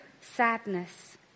sadness